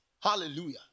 Hallelujah